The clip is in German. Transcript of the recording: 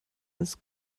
als